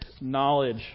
knowledge